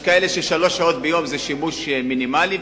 יש כאלה ששלוש שעות ביום זה שימוש מינימלי,